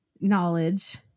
knowledge